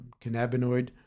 cannabinoid